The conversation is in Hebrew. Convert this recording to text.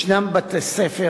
ישנם בתי-ספר